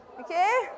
Okay